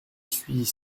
suis